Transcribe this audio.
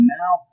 now